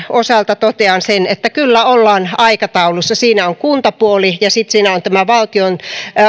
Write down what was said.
osalta totean sen että kyllä ollaan aikataulussa siinä on kuntapuoli ja sitten siinä on tämä